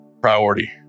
priority